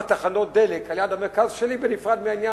תחנות דלק על-יד המרכז שלי בנפרד מהעניין,